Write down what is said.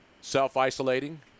self-isolating